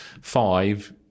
five